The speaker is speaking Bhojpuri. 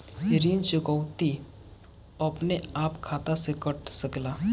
ऋण चुकौती अपने आप खाता से कट सकेला?